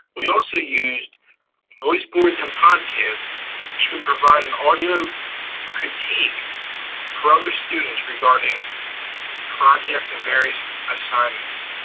we also used noise boards and podcasts to provide an audio critique for other students regarding projects in various assignments.